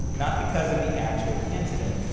not because of the actual incident,